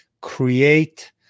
create